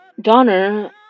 Donner